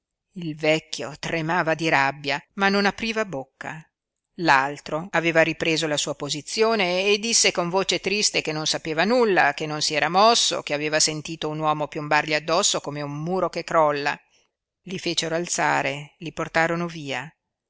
il vecchio tremava di rabbia ma non apriva bocca l'altro aveva ripreso la sua posizione e disse con voce triste che non sapeva nulla che non si era mosso che aveva sentito un uomo piombargli addosso come un muro che crolla i fecero alzare li portarono via